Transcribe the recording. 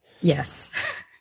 Yes